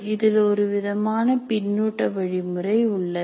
இதில் ஒருவிதமான பின்னூட்ட வழிமுறை உள்ளது